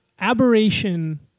aberration